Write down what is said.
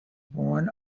born